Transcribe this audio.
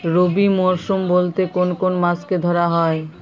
রবি মরশুম বলতে কোন কোন মাসকে ধরা হয়?